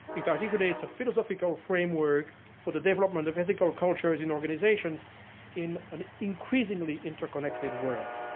it articulates a philosophical framework for the development of ethical cultures in organizations in an increasingly interconnected world.